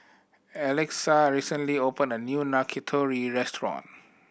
Alexa recently opened a new Yakitori restaurant